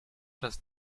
das